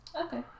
Okay